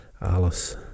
Alice